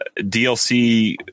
DLC